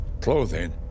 clothing